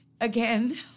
Again